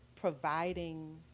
providing